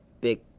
big